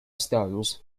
stones